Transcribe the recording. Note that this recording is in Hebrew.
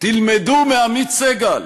תלמדו מעמית סגל: